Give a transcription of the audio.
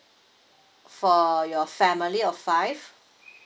for your family of five